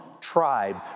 tribe